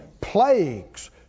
Plagues